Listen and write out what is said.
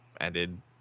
ended